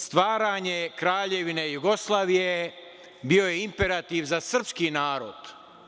Stvaranje Kraljevine Jugoslavije bio je imperativ za srpski narod.